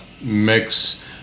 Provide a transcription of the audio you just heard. mix